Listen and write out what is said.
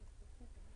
לא.